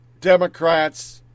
Democrats